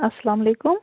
اسلام علیکُم